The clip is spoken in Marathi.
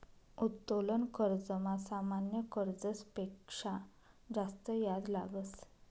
उत्तोलन कर्जमा सामान्य कर्जस पेक्शा जास्त याज लागस